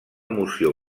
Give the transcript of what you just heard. moció